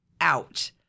out